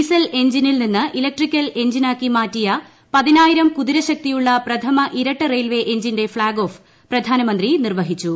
diesel എഞ്ചിനിൽ നിന്ന് electrical എഞ്ചിനാക്കി മാറ്റിയ പതിനായിരം കുതിരശക്തിയുള്ള പ്രഥമ ഇരട്ട റെയിൽവേ എഞ്ചിന്റെ ഫ്ളാഗ് ഓഫ് പ്രധാനമന്ത്രി നിർവ്വഹിച്ചു